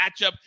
matchup